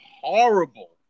horrible